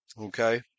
okay